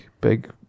big